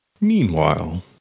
Meanwhile